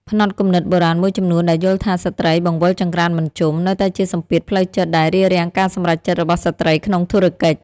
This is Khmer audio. ផ្នត់គំនិតបុរាណមួយចំនួនដែលយល់ថា "ស្ត្រីបង្វិលចង្ក្រានមិនជុំ" នៅតែជាសម្ពាធផ្លូវចិត្តដែលរារាំងការសម្រេចចិត្តរបស់ស្ត្រីក្នុងធុរកិច្ច។